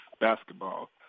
basketball